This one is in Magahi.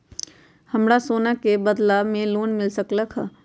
हमरा सोना के बदला में लोन मिल सकलक ह?